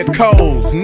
codes